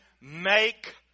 make